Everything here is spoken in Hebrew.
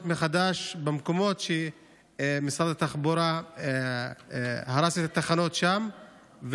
מחדש במקומות שמשרד התחבורה הרס את התחנות שם.